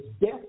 death